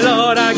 Lord